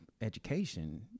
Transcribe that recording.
education